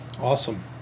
Awesome